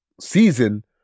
season